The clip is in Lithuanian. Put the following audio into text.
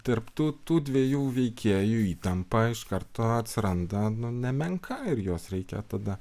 tarp tų tų dviejų veikėjų įtampa iš karto atsiranda nemenka ir juos reikia tada